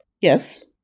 Yes